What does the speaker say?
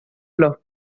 los